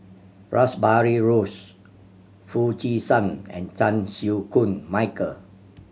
Rash Behari Bose Foo Chee San and Chan Chew Koon Michael